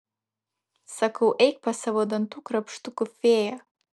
sakau eik pas savo dantų krapštukų fėją